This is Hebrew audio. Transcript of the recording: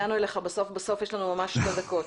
הגענו אליך בסוף, יש לנו ממש שתי דקות.